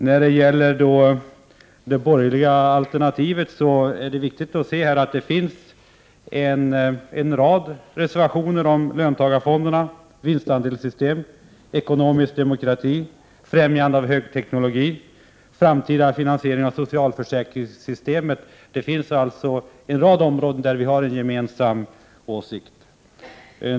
När det gäller det borgerliga alternativet är det viktigt att tänka på att det finns en rad reservationer om löntagarfonderna liksom om vinstandelssystem, ekonomisk demokrati, främjande av högteknologi och framtida finansiering av socialförsäkringssystemet. På en rad områden har vi alltså en gemensam åsikt.